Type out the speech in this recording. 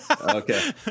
Okay